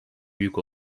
büyük